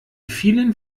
vielen